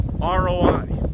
ROI